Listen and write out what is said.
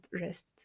rest